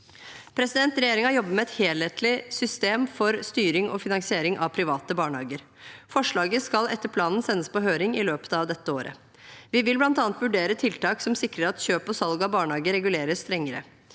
de går i. Regjeringen jobber med et helhetlig system for styring og finansiering av private barnehager. Forslaget skal etter planen sendes på høring i løpet av dette året. Vi vil bl.a. vurdere tiltak som sikrer at kjøp og salg av barnehager reguleres strengere.